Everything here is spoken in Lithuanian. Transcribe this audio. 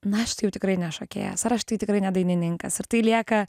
na aš tai jau tikrai ne šokėjas ar aš tai tikrai ne dainininkas ir tai lieka